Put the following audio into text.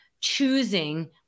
choosing